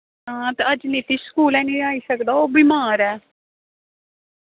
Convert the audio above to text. हां ते अज नितीश स्कूल हैनी आई सकदा ओह् बीमार ऐ